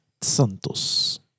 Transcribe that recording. Santos